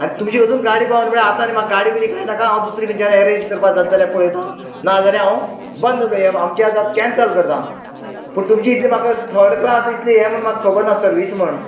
आनी तुमची अजून गाडी पावना म्हळ्यार आतां म्हाका गाडी बिडी काय नाका हांव दुसरी खंयच्यान ऍरेंज करपा जात जाल्यार पळयता ना जाल्यार हांव बंद कय आमचे आज कॅन्सल करता पूण तुमची इतली म्हाका थर्ड क्लास इतले हे म्हण म्हाका खबर ना सर्वीस म्हण